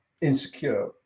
insecure